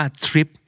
trip